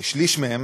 שליש מהם